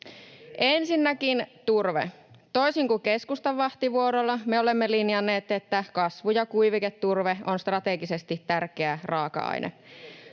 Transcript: Ensinnäkin, turve: Toisin kuin keskustan vahtivuorolla, me olemme linjanneet, että kasvu- ja kuiviketurve on strategisesti tärkeä raaka-aine.